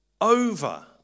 over